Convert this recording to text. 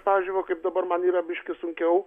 pavyzdžiui va kaip dabar man yra biškį sunkiau